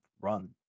run